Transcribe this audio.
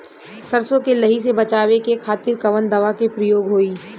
सरसो के लही से बचावे के खातिर कवन दवा के प्रयोग होई?